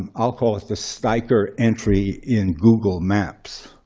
i'll call it the steiker entry in google maps.